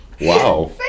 Wow